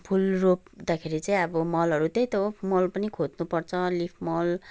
फुल रोप्दाखेरि चाहिँ अब मलहरू त्यहि त हो मल पनि खोज्नुपर्छ लिफ मल